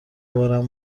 بارم